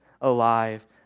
alive